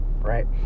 right